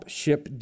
ship